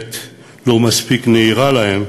והמערכת לא מספיק נהירה להם,